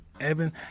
Evan